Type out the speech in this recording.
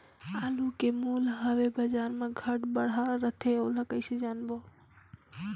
आलू के मूल्य हवे बजार मा घाट बढ़ा रथे ओला कइसे जानबो?